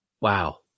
wow